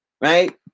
Right